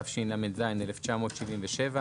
התשל"ז-1977,